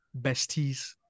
besties